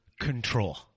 control